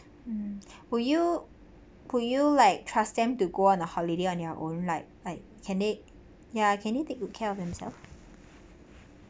mm would you could you like trust them to go on a holiday on their own like like can they ya can they take good care of themselves